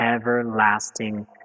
everlasting